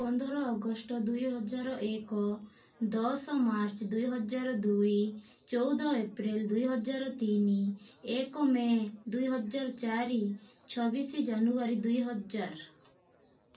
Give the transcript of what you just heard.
ପନ୍ଦର ଅଗଷ୍ଟ ଦୁଇ ହଜାର ଏକ ଦଶ ମାର୍ଚ୍ଚ ଦୁଇ ହଜାର ଦୁଇ ଚଉଦ ଏପ୍ରିଲ୍ ଦୁଇ ହଜାର ତିନି ଏକ ମେ ଦୁଇ ହଜାର ଚାରି ଛବିଶି ଜାନୁଆରୀ ଦୁଇ ହଜାର